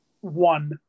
One